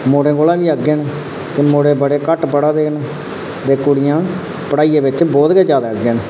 ते मुड़ें कोला बी अग्गै न ते मुड़े बड़े घट्ट पढ़ा दे न ते कुड़ियां पढ़ाइयै बिच बहुत गै अग्गै न